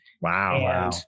Wow